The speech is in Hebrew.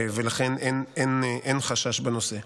לכן, אין חשש בנושא.